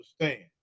understand